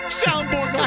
soundboard